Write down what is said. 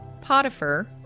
Potiphar